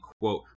quote